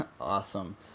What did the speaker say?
Awesome